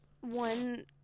one